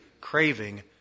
craving